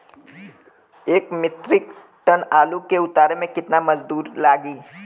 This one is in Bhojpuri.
एक मित्रिक टन आलू के उतारे मे कितना मजदूर लागि?